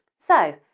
so,